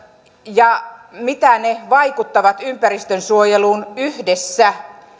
ja mitä ne vaikuttavat ympäristönsuojeluun yhdessä